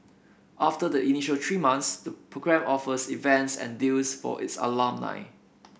after the initial three months the program offers events and deals for its alumni